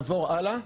נעבור הלאה,